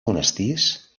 monestirs